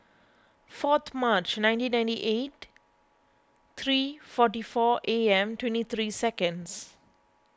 fourth March nineteen ninety eight three forty four A M twenty three seconds